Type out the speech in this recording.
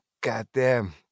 goddamn